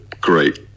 great